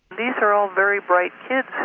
these are all very bright kids.